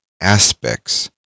aspects